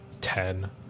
ten